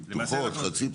פתוחות, חצי פתוחות.